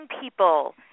people